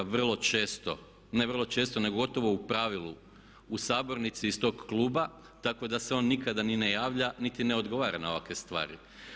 Vrlo često, ne vrlo često nego gotovo u pravilu u sabornici iz tog kluba tako da se on nikada ni ne javlja, niti ne odgovara na ovakve stvari.